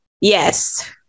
Yes